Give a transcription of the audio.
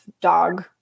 dog